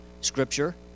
scripture